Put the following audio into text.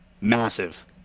massive